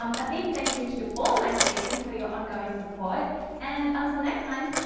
um a big thank you to all my patrons for your ongoing support and until next time,